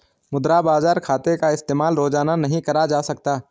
मुद्रा बाजार खाते का इस्तेमाल रोज़ाना नहीं करा जा सकता